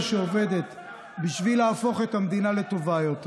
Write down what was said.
שעובדת בשביל להפוך את המדינה לטובה יותר,